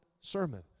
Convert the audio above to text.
sermon